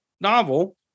novel